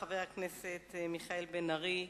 חבר הכנסת מיכאל בן-ארי.